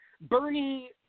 Bernie